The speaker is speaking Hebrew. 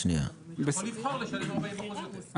לבחור לשלם 40% יותר.